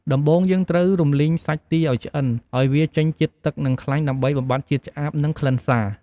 ដំបូង យើងត្រូវរំលីងសាច់ទាឱ្យឆ្អិន ឱ្យវាចេញជាតិទឹក និងខ្លាញ់ដើម្បីបំបាត់ជាតិឆ្អាប និងក្លិនសា។